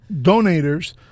donators